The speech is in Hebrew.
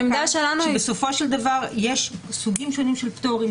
בסופו של דבר, יש סוגים שונים של פטורים.